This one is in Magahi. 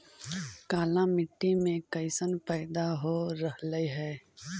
काला मिट्टी मे कैसन पैदा हो रहले है?